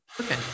Okay